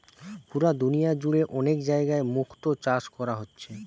পুরা দুনিয়া জুড়ে অনেক জাগায় মুক্তো চাষ কোরা হচ্ছে